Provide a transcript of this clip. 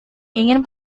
ingin